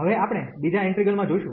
હવે આપણે બીજા ઈન્ટિગ્રલ માં જોશું